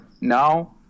now